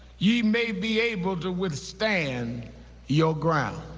ye may be able to withstand your ground.